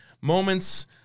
moments